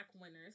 winners